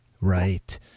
Right